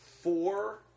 four